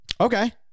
Okay